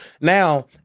Now